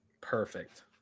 Perfect